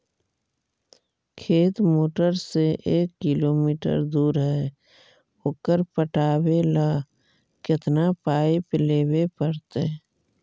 खेत मोटर से एक किलोमीटर दूर है ओकर पटाबे ल केतना पाइप लेबे पड़तै?